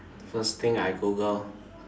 first thing I Google